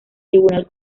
tribunal